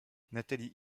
natalie